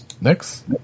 Next